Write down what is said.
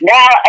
Now